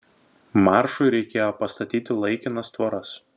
maršui reikėjo pastatyti laikinas tvoras